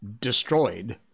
destroyed